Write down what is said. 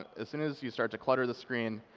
as soon as you start to clutter the screen,